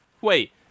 Wait